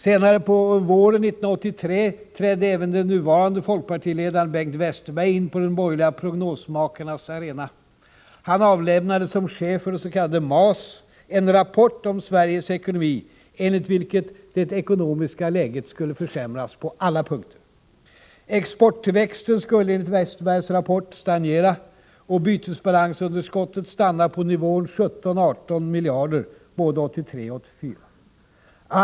Senare, under våren 1983, trädde även den nuvarande folkpartiledaren, Bengt Westerberg, in på de borgerliga prognosmakarnas arena. Han avlämnade, som chef för det s.k. MAS, en rapport om Sveriges ekonomi, enligt vilken det ekonomiska läget skulle försämras på alla punkter. Exporttillväxten skulle, enligt Westerbergs rapport, stagnera och bytesbalansunderskottet stanna på nivån 17-18 miljarder både 1983 och 1984.